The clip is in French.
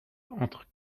entre